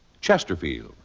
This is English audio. Chesterfield